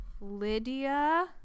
lydia